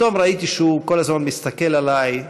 פתאום ראיתי שהוא כל הזמן מסתכל עליי.